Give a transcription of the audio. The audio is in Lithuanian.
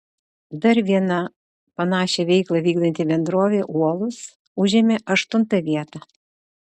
dar viena panašią veiklą vykdanti bendrovė uolus užėmė aštuntą vietą